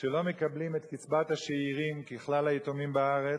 שלא מקבלים את קצבת השאירים ככלל היתומים בארץ,